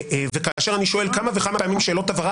כאשר אני שואל כמה וכמה פעמים שאלות הבהרה